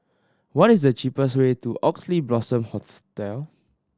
what is the cheapest way to Oxley Blossom